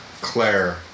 Claire